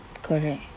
correct